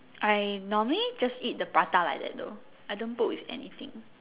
I normally just like the prata like that though I don't put with anything